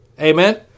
Amen